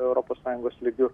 europos sąjungos lygiu